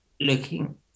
looking